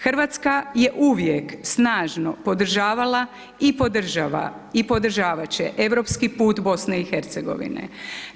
Hrvatska je uvijek snažno podržavala i podržavat će europski put BiH-a.